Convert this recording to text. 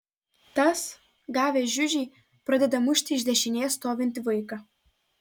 tas gavęs žiužį pradeda mušti iš dešinės stovintį vaiką